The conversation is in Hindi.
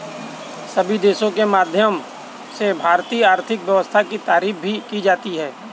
सभी देशों के माध्यम से भारतीय आर्थिक व्यवस्था की तारीफ भी की जाती है